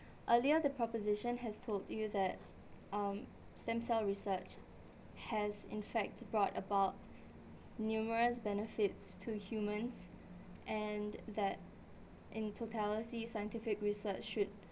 earlier the proposition has told you that um stem cell research has in fact brought about numerous benefits to humans and that in totality scientific research should